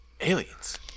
Aliens